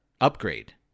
Upgrade